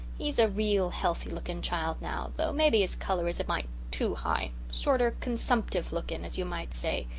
he's a reel healthy-looking child now, though mebbee his colour is a mite too high sorter consumptive looking, as you might say.